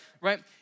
right